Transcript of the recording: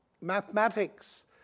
mathematics